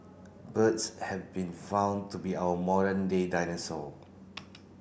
birds have been found to be our modern day dinosaur